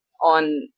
on